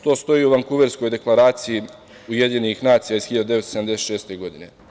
To stoji u Vankuverskoj deklaraciji UN iz 1976. godine.